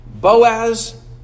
Boaz